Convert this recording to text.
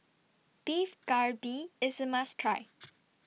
Beef Galbi IS A must Try